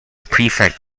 prefect